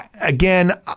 Again